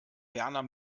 berner